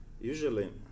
Usually